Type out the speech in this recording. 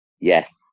yes